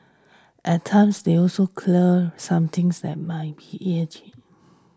at times they also clear something that might be urgent